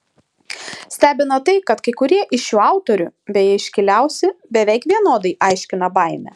stebina tai kad kai kurie iš šių autorių beje iškiliausi beveik vienodai aiškina baimę